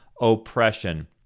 oppression